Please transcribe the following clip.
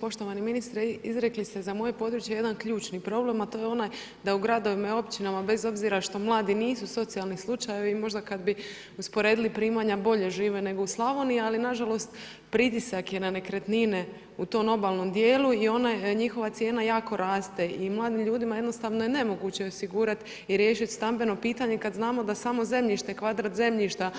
Poštovani ministre, izrekli ste za moje područje jedan ključni problem a to je onaj da u gradovima i općinama bez obzira što mladi nisu socijalni slučajevi i možda kad bi usporedili primanja, bolje žive nego u Slavoniji ali nažalost pritisak je na nekretnine u tom obalnom djelu i ona njihova cijena jako raste i mladim ljudima jednostavno je nemoguće osigurat i riješit stambeno pitanje kad znamo da samo zemljište, kvadrat zemljišta